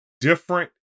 different